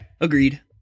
Agreed